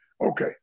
Okay